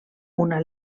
una